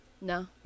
No